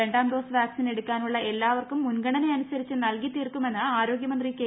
രണ്ടാം dose vaccine എടുക്കാനുള്ള എല്ലാവർക്കും മുൻഗണനയനുസരിച്ച് നൽകിത്തീർക്കുമെന്ന് ആരോഗ്യ മന്ത്രി കെ